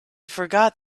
forgot